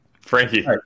Frankie